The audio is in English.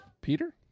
Peter